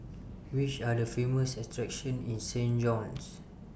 Which Are The Famous attractions in Saint John's